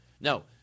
No